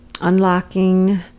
unlocking